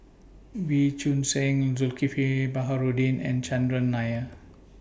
Wee Choon Seng Zulkifli Baharudin and Chandran Nair